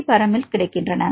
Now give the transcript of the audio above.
B பராமில் கிடைக்கின்றன